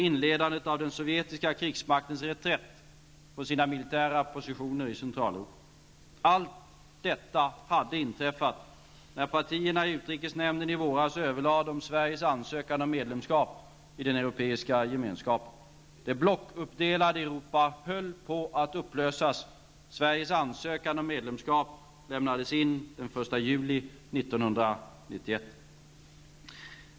Sedan följde frigörelsen i de andra mindre Allt detta hade inträffat när partierna i utrikesnämnden i våras överlade om Sveriges ansökan om medlemskap i den europeiska gemenskapen. Det blockuppdelade Europa höll på att upplösas. Sveriges ansökan om medlemskap lämnades in den 1 juli 1991.